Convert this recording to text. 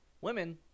Women